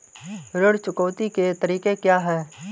ऋण चुकौती के तरीके क्या हैं?